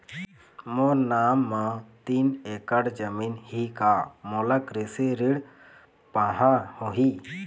मोर नाम म तीन एकड़ जमीन ही का मोला कृषि ऋण पाहां होही?